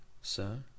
sir